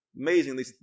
Amazingly